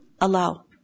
allow